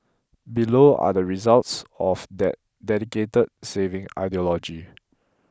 below are the results of that dedicated saving ideology